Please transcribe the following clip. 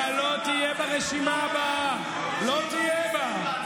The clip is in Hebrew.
לא תהיה בה.